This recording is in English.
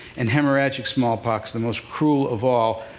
and hemorrhagic smallpox, the most cruel of all,